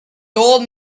old